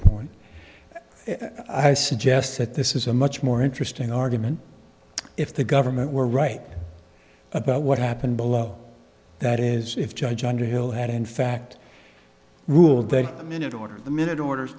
point i suggest that this is a much more interesting argument if the government were right about what happened below that is if judge underhill had in fact ruled the minute order of the minute orders